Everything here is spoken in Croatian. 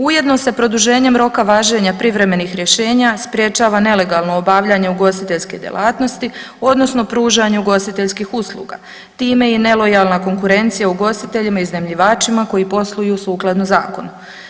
Ujedno se produženjem roka važenja privremenih rješenja sprječava nelegalno obavljanje ugostiteljske djelatnosti odnosno pružanje ugostiteljskih usluga, time i nelojalna konkurencija ugostiteljima iznajmljivačima koji posluju sukladno zakonu.